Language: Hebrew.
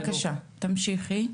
כן, בבקשה, תמשיכי.